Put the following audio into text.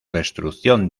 destrucción